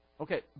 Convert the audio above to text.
Okay